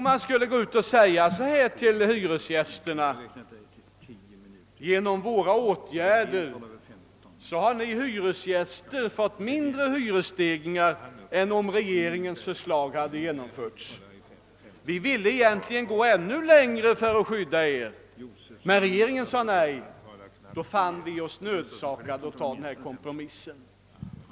Man skulle säga till hyresgästerna att: genom mittenpartiernas åtgärder har ni fått mindre hyresstegringar än om regeringens förslag hade genomförts. Man skulle egentligen ha velat gå ännu längre för att skydda hyresgästerna, men regeringen sade nej och då fann man sig nödsakad att acceptera denna kompromiss.